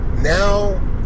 Now